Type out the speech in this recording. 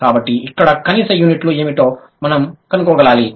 కాబట్టి ఇక్కడ కనీస యూనిట్లు ఏమిటో మనం కనుగొనాలి